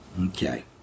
Okay